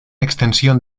extensión